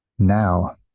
Now